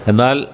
എന്നാൽ